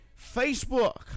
Facebook